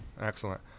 Excellent